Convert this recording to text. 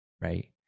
right